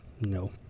No